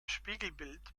spiegelbild